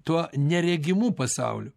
tuo neregimu pasauliu